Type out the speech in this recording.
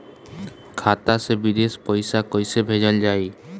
खाता से विदेश पैसा कैसे भेजल जाई?